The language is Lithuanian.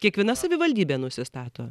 kiekviena savivaldybė nusistato